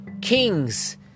kings